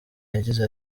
yagize